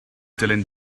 dilyn